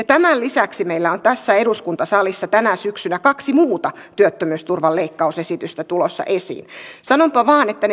tämän lisäksi meillä on tässä eduskuntasalissa tänä syksynä kaksi muuta työttömyysturvan leikkausesitystä tulossa esiin sanonpa vain että luulen että